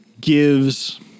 gives